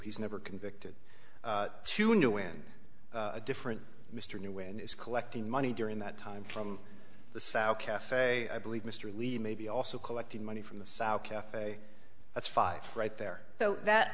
he's never convicted to a new in a different mr new when is collecting money during that time from the south caf i believe mr levy maybe also collecting money from the south caf that's five right there so that